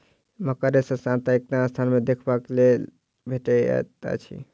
मकड़ा रेशा शांत आ एकांत स्थान मे देखबाक लेल भेटैत अछि